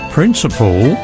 Principle